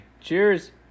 Cheers